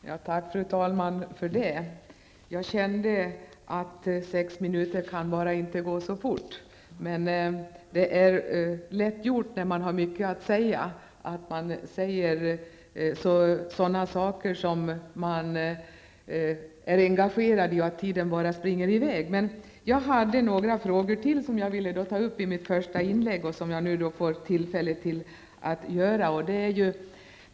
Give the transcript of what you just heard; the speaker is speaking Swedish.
Fru talman! Jag tackar för detta. Jag kände att sex minuter inte kunde gå så fort. Men när man har mycket att säga om sådana saker som man är engagerad i springer tiden lätt i väg. Jag hade ytterligare några frågor som jag ville ta upp i mitt första inlägg men som jag nu får tillfälle att ta upp.